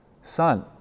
son